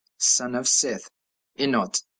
son of seth enot